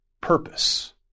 purpose